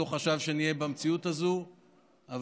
אני חייב לומר לכם שכשהתחיל היום אף אחד לא חשב שנהיה במציאות הזאת,